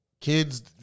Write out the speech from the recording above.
kids